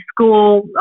school